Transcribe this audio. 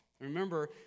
Remember